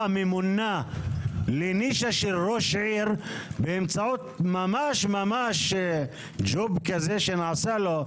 ממונה לנישה של ראש עיר באמצעות ממש ג'וב כזה שנעשה לו,